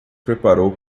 preparou